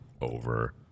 over